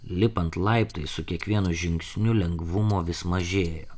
lipant laiptais su kiekvienu žingsniu lengvumo vis mažėjo